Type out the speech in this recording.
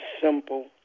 simple